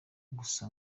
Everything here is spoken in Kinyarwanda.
gusa